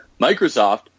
microsoft